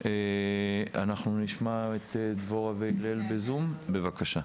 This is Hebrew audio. אנחנו נשמע את הלל בן זכריה ב- Zoom, בבקשה.